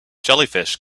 jellyfish